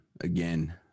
again